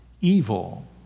evil